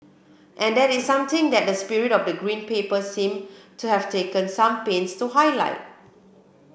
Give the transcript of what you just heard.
and this is something that the spirit of the Green Paper seem to have taken some pains to highlight